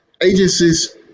agencies